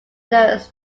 learns